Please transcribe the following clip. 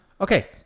Okay